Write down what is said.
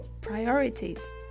priorities